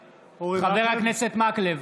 מקלב,